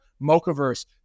Mochaverse